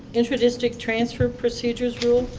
intradistrict transfer procedures rule.